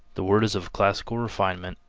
the word is of classical refinement,